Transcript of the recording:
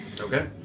Okay